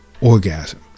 orgasm